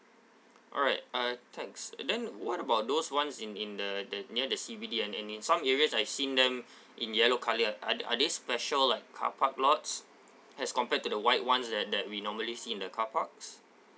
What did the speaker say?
alright uh thanks uh then what about those ones in in the the near the C_B_D and in in some areas I seen them in yellow colour are th~ are they special like carpark lots as compared to the white ones that that we normally see in the carparks